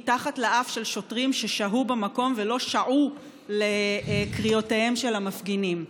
מתחת לאף של שוטרים ששהו במקום ולא שעו לקריאותיהם של המפגינים.